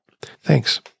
Thanks